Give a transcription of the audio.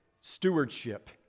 stewardship